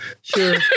Sure